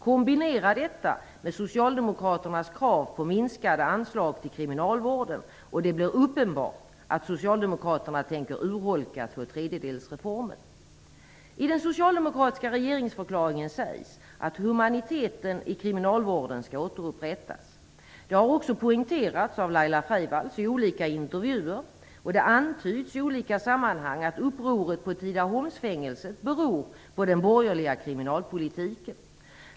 Kombinera detta med socialdemokraternas krav på minskade anslag till kriminalvården, och det blir uppenbart att I den socialdemokratiska regeringsförklaringen sägs att humaniteten i kriminalvården skall återupprättas. Det har också poängterats av Laila Freivalds i olika intervjuer, och det antyds i olika sammanhang att upproret på Tidaholmsfängelset beror på den borgerliga kriminalpolitiken.